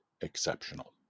exceptional